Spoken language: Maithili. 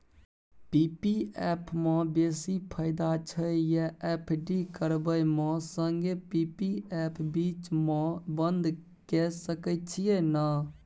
पी.पी एफ म बेसी फायदा छै या एफ.डी करबै म संगे पी.पी एफ बीच म बन्द के सके छियै न?